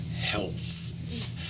health